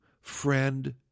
friend